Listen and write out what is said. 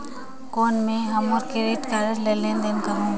कौन मैं ह मोर क्रेडिट कारड ले लेनदेन कर सकहुं?